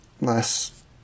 less